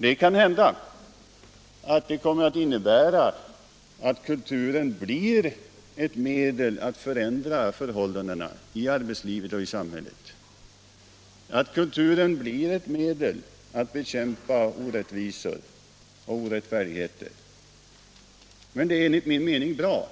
Det kan hända att det kommer att innebära att kulturen blir ett medel att förändra förhållandena i arbetslivet och i samhället, att kulturen blir ett medel att bekämpa orättvisor och orättfärdigheter. Men det är enligt min mening bra,